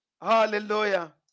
hallelujah